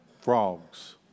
Frogs